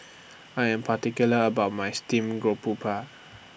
I Am particular about My Steamed Garoupa